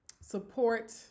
support